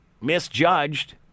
misjudged